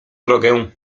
drogę